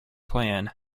plan